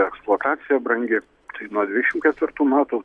eksploatacija brangi tai nuo dvidešim ketvirtų metų